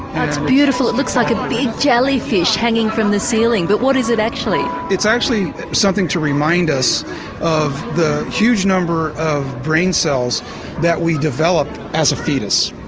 that's beautiful, it looks like a big jelly fish hanging from the ceiling but what is it actually? it's actually something to remind us of the huge number of brain cells that we develop as a foetus.